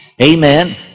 amen